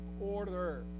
order